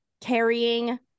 carrying